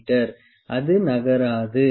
me அது நகராது